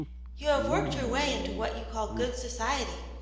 you have worked your way into what you call good society,